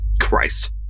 Christ